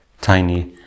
tiny